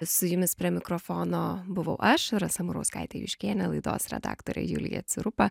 su jumis prie mikrofono buvau aš rasa murauskaitė juškienė laidos redaktorė julija cirupa